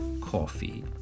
Coffee